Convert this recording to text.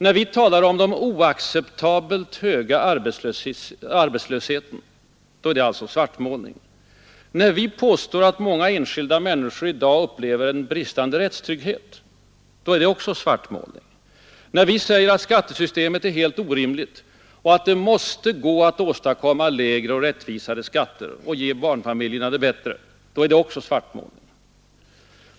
När vi påstår att många enskilda människor i dag svartmåla. När vi talar om den oacceptabelt höga arbe upplever en bristande rättstrygghet är det också svartmålning. När vi säger att skattesystemet är helt orimligt och att det måste gå att åstadkomma lägre och rättvisare skatter och ge barnfamiljerna det bättre, då är det också svartmålning.